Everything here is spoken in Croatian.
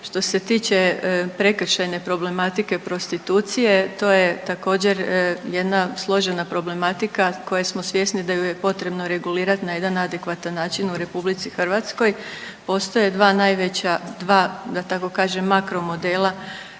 Što se tiče prekršajne problematike prostitucije to je također jedna složena problematika koje smo svjesni da ju je potrebno regulirati na jedan adekvatan način u RH. Postoje dva najveća, dva da tako kažem makromodela